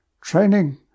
Training